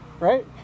Right